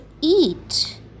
eat